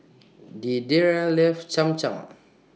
Deidre loves Cham Cham